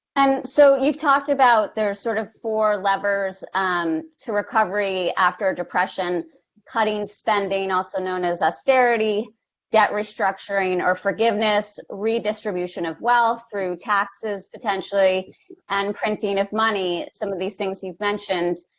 and so you've talked about, there are sort of four levers and to recovery after a depression cutting spending, also known as austerity debt restructuring, or forgiveness redistribution of wealth through taxes potentially and printing of money, some of these things you've mentioned.